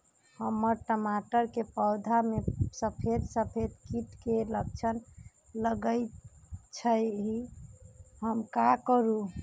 हमर टमाटर के पौधा में सफेद सफेद कीट के लक्षण लगई थई हम का करू?